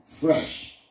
fresh